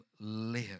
live